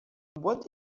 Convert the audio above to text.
what